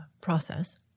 process